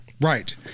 Right